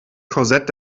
korsett